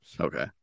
Okay